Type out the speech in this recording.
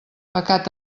pecat